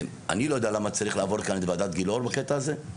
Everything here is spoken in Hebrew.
אני לא יודע למה צריך לעבור כאן את ועדת גילאור בקטע הזה.